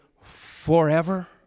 forever